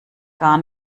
gar